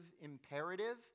imperative